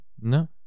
No